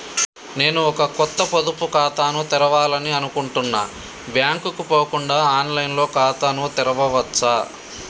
నేను ఒక కొత్త పొదుపు ఖాతాను తెరవాలని అనుకుంటున్నా బ్యాంక్ కు పోకుండా ఆన్ లైన్ లో ఖాతాను తెరవవచ్చా?